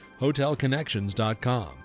HotelConnections.com